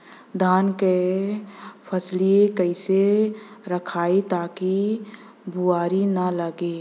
धान क फसलिया कईसे रखाई ताकि भुवरी न लगे?